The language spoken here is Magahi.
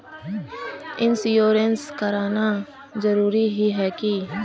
इंश्योरेंस कराना जरूरी ही है की?